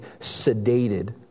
sedated